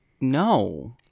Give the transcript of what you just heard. No